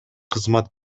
кызмат